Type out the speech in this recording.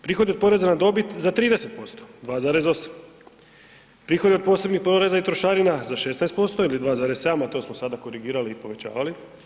Prihodi od poreza na dobit za 30% 2,8, prihodi od posebnih poreza i trošarina za 16% ili 2,7, a to smo sada korigirali i povećavali.